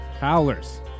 howlers